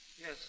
Yes